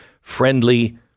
friendly